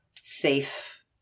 safe